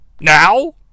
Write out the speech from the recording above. now